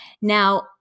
Now